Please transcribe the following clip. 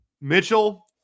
Mitchell